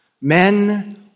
Men